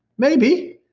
maybe,